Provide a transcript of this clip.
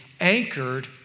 anchored